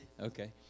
okay